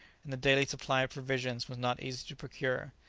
and the daily supply of provisions was not easy to procure.